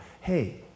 hey